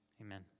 Amen